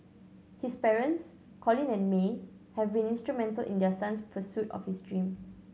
his parents Colin and May have been instrumental in their son's pursuit of his dream